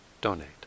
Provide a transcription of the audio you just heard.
donate